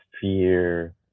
fear